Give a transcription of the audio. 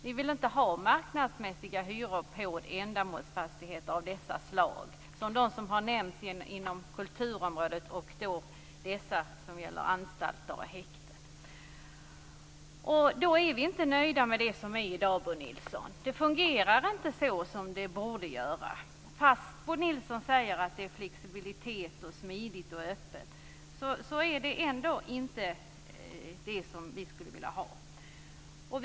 Vi vill inte ha marknadsmässiga hyror på ändamålsfastigheter av detta slag, sådana som har nämnts inom kulturområdet och dessa anstalter och häkten. Vi är inte nöjda med det som gäller i dag, Bo Nilsson. Det fungerar inte som det borde. Fast Bo Nilsson talar om flexibilitet och säger att det är smidigt och öppet är detta inte vad vi skulle vilja ha.